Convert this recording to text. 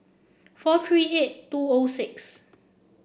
four three eight two O six